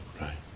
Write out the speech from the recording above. Right